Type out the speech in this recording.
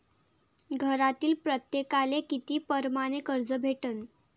घरातील प्रत्येकाले किती परमाने कर्ज भेटन?